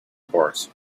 horse